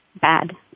bad